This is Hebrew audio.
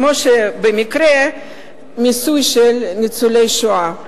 כמו במקרה המיסוי של ניצולי השואה,